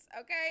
okay